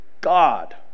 God